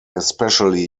especially